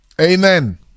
Amen